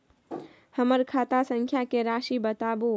हमर खाता संख्या के राशि बताउ